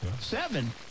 seven